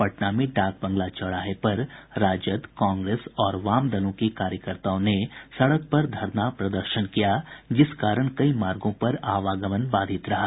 पटना में डाक बंगला चौराहे पर राजद कांग्रेस और वाम दलों के कार्यकर्ताओं ने सड़क पर धरना प्रदर्शन किया जिस कारण कई मार्गों पर आवागमन बाधित रहा